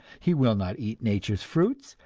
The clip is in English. he will not eat nature's fruits,